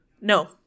No